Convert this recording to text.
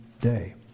day